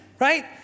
right